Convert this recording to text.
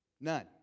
None